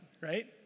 right